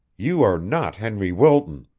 you are not henry wilton.